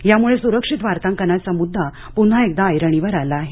यामुळे सुरक्षित वार्तांकनाचा मुद्दा पुन्हा एकदा ऐरणीवर आला आहे